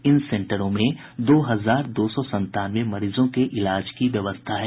इन सेन्टरों में दो हजार दो सौ संतानवे मरीजों के इलाज की व्यवस्था है